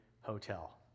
hotel